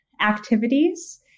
activities